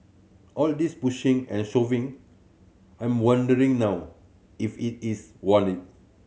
all this pushing and shoving I'm wondering now if it is worth it